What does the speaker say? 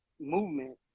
movement